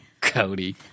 Cody